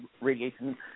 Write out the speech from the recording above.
radiation